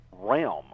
realm